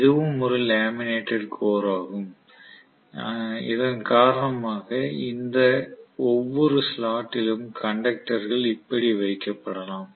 இதுவும் ஒரு laminated core ஆகும் இதன் காரணமாக இந்த ஒவ்வொரு ஸ்லாட்டிலும் கண்டக்டர்கள் இப்படி வைக்கப்படலாம்